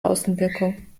außenwirkung